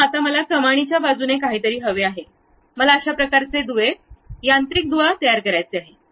आता मला कमानीच्या बाजूने काहीतरी हवे आहे मला अशा प्रकारचे दुवा यांत्रिक दुवा तयार करायचे आहे